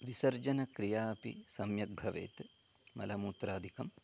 विसर्जनक्रियापि सम्यक् भवेत् मलमूत्रादिकं